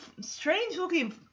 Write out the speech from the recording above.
strange-looking